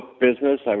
business